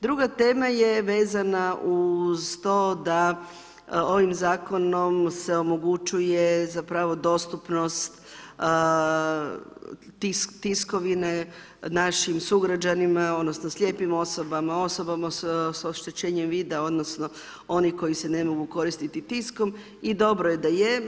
Druga tema je vezana uz to da ovim zakonom se omogućuje zapravo dostupnost tiskovine našim sugrađanima, odnosno slijepim osobama, osobama s oštećenjem vida, odnosno onih koji se ne mogu koristiti tiskom i dobro je da je.